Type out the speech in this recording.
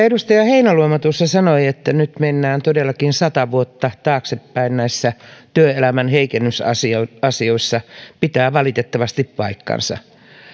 edustaja heinäluoma tuossa sanoi että nyt mennään todellakin sata vuotta taaksepäin työelämän heikennysasioissa pitää valitettavasti paikkansa